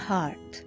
Heart